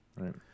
right